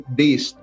days